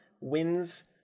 wins